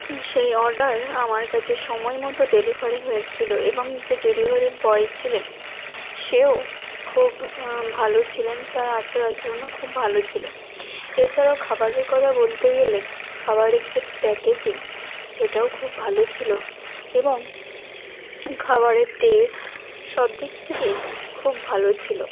সেই অর্ডার আমার কাছে সময় মতো ডেলিভারি হয়েছিলো এবং যে ডেলিভারি বয় ছিলেন সেও খুব ভালো ছিলেন তার আচার আচরণও খুব ভালো ছিলো এছাড়াও খাবারের কথা বলতে গেলে খাবারের যে প্যাকেজিং সেটাও খুব ভালো ছিলো এবং খাবারের টেস্ট সব দিক থেকেই খুব ভালো ছিলো